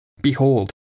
Behold